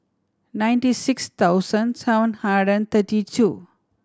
ninety six thousand seven hundred and thirty two